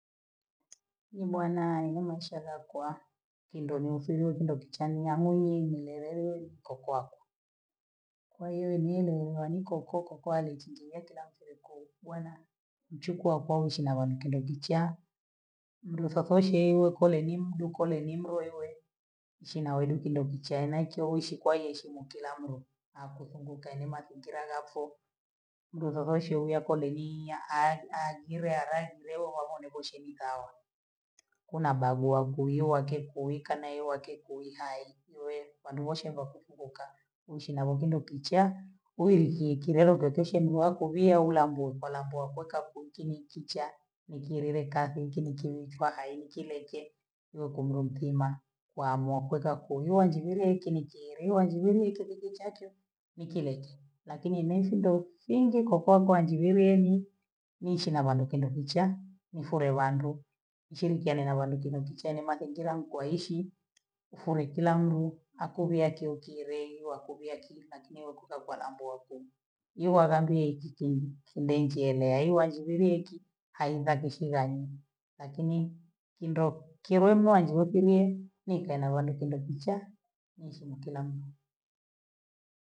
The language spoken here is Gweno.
Mi bana namaisha ya kwa kindo musugwe kindo kichaa nyamo wingi ilewewei kokwakwa, kwaiyo mi namkoko kwale chinjiwa kila mtu likubwana, mchukua kwao huishi na bhana kindo kichaa, musafashie iwe kole nimdu kole nimlewe ishi na wedu kindo kichaa nakyo uishi kwa yesu mukilango, akukumbukane mazingira yafu, mleveve sheria yako doniiya a- ajile alaivu mlevovo negoshini kawa, kuna balua kuiwa kekuika na iwa keku hi hai, iwe vanduvosha vakufunguka uishi nawe kindo kichaa uevikie kilengo kesho mlakubiya ula mbukwa lambu akuka kwiiki ni kichaa ni kielele kasi hiki ni kinfa hiki kile kye u kumu ntima kuamua kuka kuvua njivilye hiki ni kilia, njivilye hiki kivichakyo nikileki lakini enamsimbo finje kokokwa anji vilengi, niishi na bhanu kindo kichaa, nifule vandu, nishirikiane na vandu kindo kichaa ni mazingira yangu kwa ishi, ufule kilandru akubyake ukieleiwa akubyikina lakini we ukubya kwa hambo kumu niwaghambi ya hiki ki- kindenchelee iwanjubilieki haiva kushivani lakini kindo kilumba aenjele kulye nikae na vandu kindo kichaa niishi nikilamu.